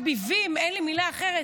שהיא באמת שפת ביבים, אין לי מילה אחרת.